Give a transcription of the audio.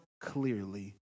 clearly